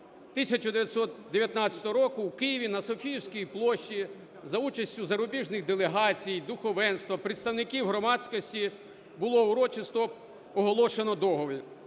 1919 року в Києві на Софіївській площі за участі зарубіжних делегацій, духовенства, представників громадськості було урочисто оголошено договір.